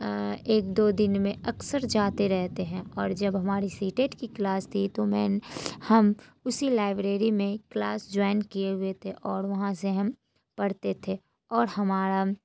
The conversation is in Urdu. ایک دو دن میں اکثر جاتے رہتے ہیں اور جب ہماری سی ٹیٹ کی کلاس تھی تو میں ہم اسی لائبریری میں کلاس جوائن کیے ہوئے تھے اور وہاں سے ہم پڑھتے تھے اور ہمارا